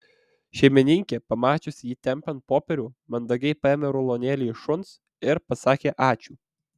šeimininkė pamačiusi jį tempiant popierių mandagiai paėmė rulonėlį iš šuns ir pasakė ačiū